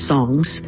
Songs